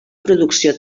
producció